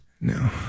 No